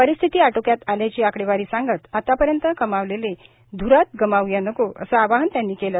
परिस्थिती आटोक्यात आल्याची आकडेवारी सांगत आतापर्यंत कमावलेले ध्रात गमाव्या नको असं आवाहन त्यांनी केलं